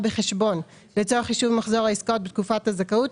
בחשבון לצורך חישוב מחזור העסקאות בתקופת הזכאות,